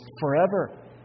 forever